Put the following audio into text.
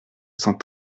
cent